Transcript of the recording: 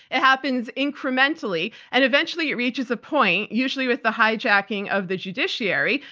it happens incrementally, and eventually it reaches a point, usually with the hijacking of the judiciary,